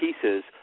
pieces